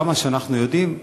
עד כמה שאנחנו יודעים,